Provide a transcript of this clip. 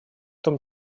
том